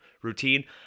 routine